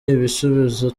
bifitiye